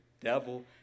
devil